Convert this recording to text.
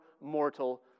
mortal